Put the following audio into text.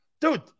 Dude